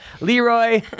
Leroy